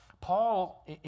Paul